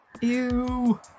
Ew